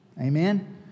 Amen